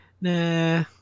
nah